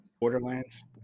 Borderlands